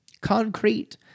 concrete